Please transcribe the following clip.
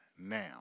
Now